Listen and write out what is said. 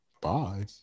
Bye